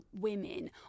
women